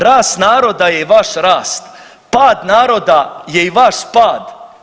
Rast naroda je i vaš rast, pad naroda je i vaš pad.